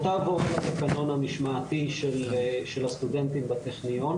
או תעבור על התקנון המשמעתי של הסטודנטים בטכניון,